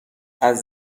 گله